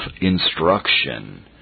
instruction